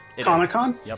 Comic-Con